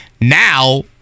Now